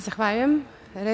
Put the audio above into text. Zahvaljujem.